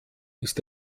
ist